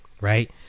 right